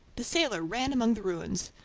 the sailor ran among the ruins,